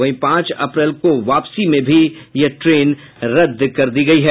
वहीं पांच अप्रैल को वापसी में भी यह ट्रेन रद्द कर दी गयी है